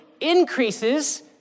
increases